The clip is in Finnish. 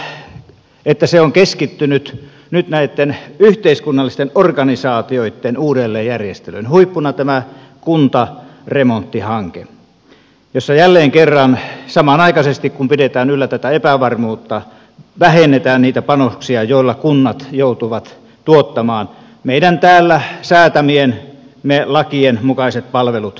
totean että se on keskittynyt nyt näitten yhteiskunnallisten organisaatioitten uudelleenjärjestelyyn huippuna tämä kuntaremonttihanke jossa jälleen kerran samanaikaisesti kun pidetään yllä tätä epävarmuutta vähennetään niitä panoksia joilla kunnat joutuvat tuottamaan meidän täällä säätämiemme lakien mukaiset palvelut ihmisille